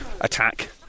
attack